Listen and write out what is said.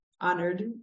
honored